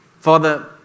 Father